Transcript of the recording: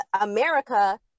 America